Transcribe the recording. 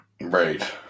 Right